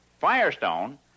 Firestone